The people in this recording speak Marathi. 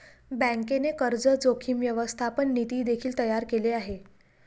बँकेने कर्ज जोखीम व्यवस्थापन नीती देखील तयार केले आहे